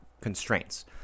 constraints